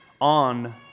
on